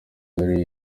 zari